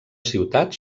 ciutat